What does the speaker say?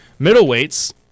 middleweights